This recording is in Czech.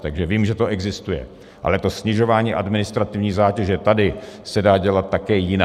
Takže vím, že to existuje, ale to snižování administrativní zátěže tady se dá dělat také jinak.